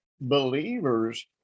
believers